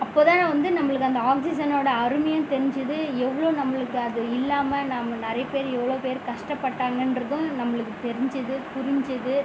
அப்போது தான் நான் வந்து நம்மளுக்கு அந்த ஆக்சிஜனோடய அருமையும் தெரிஞ்சுது எவ்வளோ நம்மளுக்கு அது இல்லாமல் நம்ம நிறைய பேர் எவ்வளோ பேர் கஷ்டப்பட்டாங்கன்றதும் நம்மளுக்கு தெரிஞ்சுது புரிஞ்சுது